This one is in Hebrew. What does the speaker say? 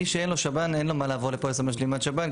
מי שאין לו שב"ן אין לו מה לעבור לפוליסת משלימת שב"ן,